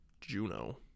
Juno